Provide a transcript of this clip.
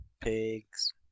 pigs